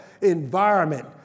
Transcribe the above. Environment